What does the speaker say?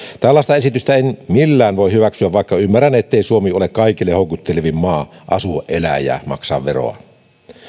tällaista esitystä en millään voi hyväksyä vaikka ymmärrän ettei suomi ole kaikille houkuttelevin maa asua elää ja maksaa veroa